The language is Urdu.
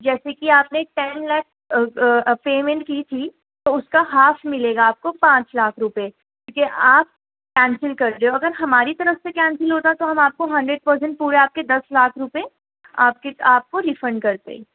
جیسے کہ آپ نے ٹین لاک پیمنٹ کی تھی تو اس کا ہاف ملے گا آپ کو پانچ لاکھ روپے کیونکہ آپ کینسل کر رہے ہو اگر ہماری طرف سے کینسل ہوتا تو ہم آپ کو ہنڈریڈ پرسینٹ پورے آپ کے دس لاکھ روپے آپ کے آپ کو ریفنڈ کرتے